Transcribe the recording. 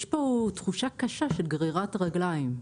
יש פה תחושה קשה של גרירת רגליים,